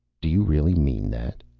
do you really mean that?